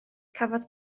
cafodd